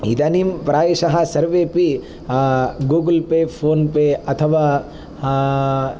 इदानीं प्रायशः सर्वेऽपि गूगल् पे फोन् पे अथवा